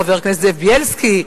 חבר הכנסת זאב בילסקי,